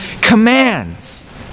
commands